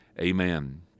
amen